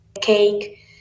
cake